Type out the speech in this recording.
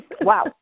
Wow